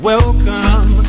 Welcome